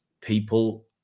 people